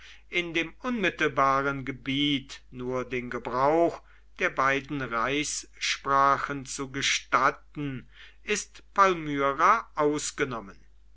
in dem unmittelbaren gebiet nur den gebrauch der beiden reichssprachen zu gestatten ist palmyra ausgenommen